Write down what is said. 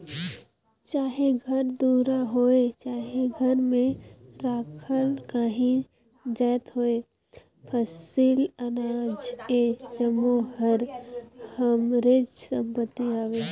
चाहे घर दुरा होए चहे घर में राखल काहीं जाएत होए फसिल, अनाज ए जम्मो हर हमरेच संपत्ति हवे